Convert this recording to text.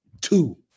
two